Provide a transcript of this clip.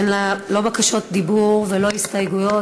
אין בה לא בקשות דיבור ולא הסתייגויות,